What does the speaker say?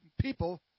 people